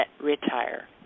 Retire